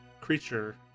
creature